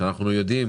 אנחנו יודעים